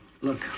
Look